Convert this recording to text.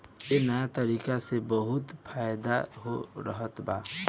ए नया तरीका से बहुत फायदा हो रहल बा